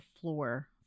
floor